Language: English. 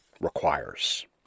requires